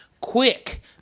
Quick